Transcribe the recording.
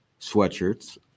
sweatshirts